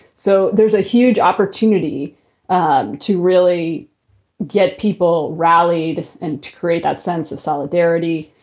so there's a huge opportunity um to really get people rallied and to create that sense of solidarity.